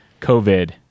COVID